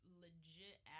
legit